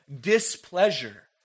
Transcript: displeasure